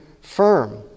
firm